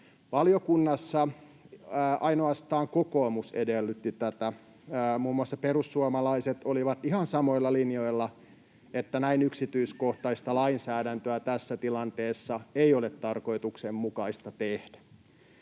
Valiokunnassa ainoastaan kokoomus edellytti tätä. Muun muassa perussuomalaiset olivat ihan samoilla linjoilla, että näin yksityiskohtaista lainsäädäntöä tässä tilanteessa ei ole tarkoituksenmukaista tehdä.